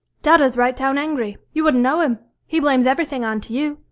dada's right down angry you wouldn't know him. he blames everything on to you,